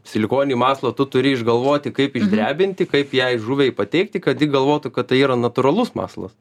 silikonį masalą tu turi išgalvoti kaip išdrebinti kaip jai žuviai pateikti kad ji galvotų kad tai yra natūralus masalas